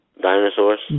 Dinosaurs